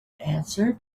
answered